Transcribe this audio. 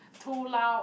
too loud